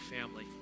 family